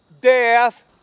death